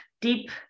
deep